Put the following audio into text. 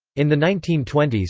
in the nineteen twenty s,